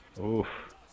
Oof